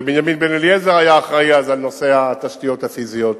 בנימין בן-אליעזר היה אחראי אז לנושא התשתיות הפיזיות,